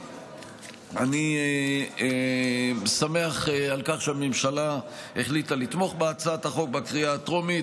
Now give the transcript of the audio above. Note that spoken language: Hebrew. אני שמח על כך שהממשלה החליטה לתמוך בהצעת החוק בקריאה הטרומית.